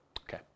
Okay